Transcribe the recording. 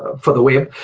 for the web,